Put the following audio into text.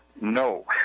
No